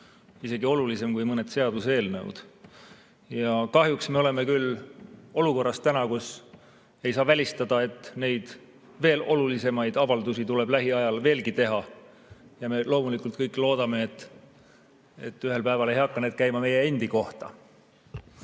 isegi olulisem kui mõned seaduseelnõud. Kahjuks me oleme küll täna olukorras, kus ei saa välistada, et avaldusi, veel olulisemaid avaldusi tuleb lähiajal veelgi teha. Me loomulikult kõik loodame, et need ühel päeval ei hakka käima meie endi kohta.